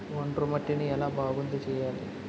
ఒండ్రు మట్టిని ఎలా బాగుంది చేయాలి?